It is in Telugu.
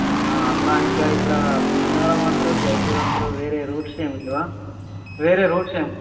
అట్లా ఇంకా ఇట్లా భీమవరం అంటారు జయపూర్ అంటారు వేరే రూట్స్ ఏం లేవా వేరే రూట్స్ ఏం